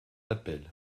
d’appel